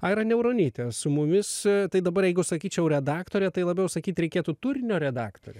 aira niauronytė su mumis tai dabar jeigu sakyčiau redaktorė tai labiau sakyt reikėtų turinio redaktorė